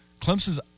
Clemson's